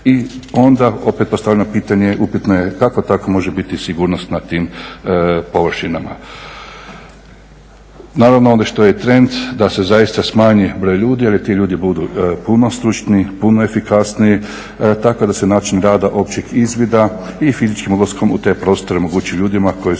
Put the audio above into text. I onda opet postavljam pitanje upitno je kako takva može biti sigurnost na tim površinama? Naravno onda što je trend da se zaista smanji broj ljudi, ali da ti ljudi budu puno stručniji, puno efikasniji tako da se način rada općeg izvida i fizičkim ulaskom u te prostore omogući ljudima koji su